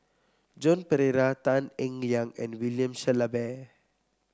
Joan Pereira Tan Eng Liang and William Shellabear